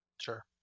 sure